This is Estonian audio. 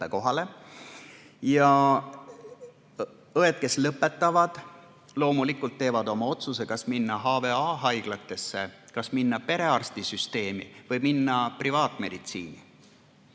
Õed, kes lõpetavad, loomulikult teevad oma otsuse, kas minna HVA haiglatesse, kas minna perearstisüsteemi või minna privaatmeditsiini.